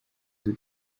des